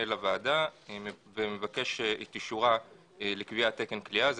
לוועדה ומבקש את אישורה לקביעת תקן כליאה - זה